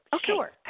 Sure